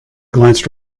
glanced